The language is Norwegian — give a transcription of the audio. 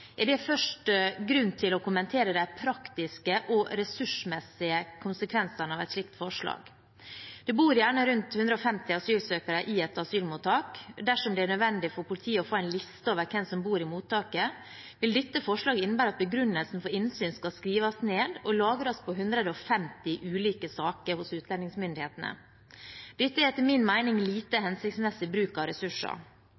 er det først grunn til å kommentere de praktiske og ressursmessige konsekvensene av et slikt forslag. Det bor gjerne rundt 150 asylsøkere i et asylmottak. Dersom det er nødvendig for politiet å få en liste over hvem som bor i mottaket, vil dette forslaget innebære at begrunnelsen for innsyn skal skrives ned og lagres på 150 ulike saker hos utlendingsmyndighetene. Dette er etter min mening lite hensiktsmessig bruk av ressurser. Dernest er